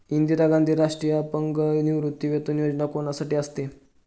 इंदिरा गांधी राष्ट्रीय अपंग निवृत्तीवेतन योजना कोणासाठी असते?